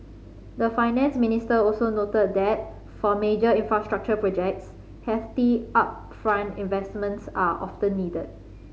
the Finance Minister also noted that for major infrastructure projects hefty upfront investments are often needed